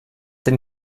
denn